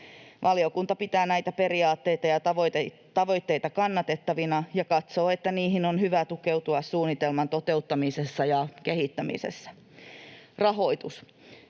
Valiokunta pitää näitä periaatteita ja tavoitteita kannatettavina ja katsoo, että niihin on hyvä tukeutua suunnitelman toteuttamisessa ja kehittämisessä. Rahoitus: